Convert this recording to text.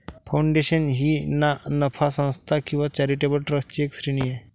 foundation ही ना नफा संस्था किंवा चॅरिटेबल ट्रस्टची एक श्रेणी आहे